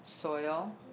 soil